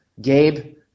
Gabe